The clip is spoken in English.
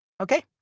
Okay